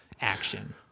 action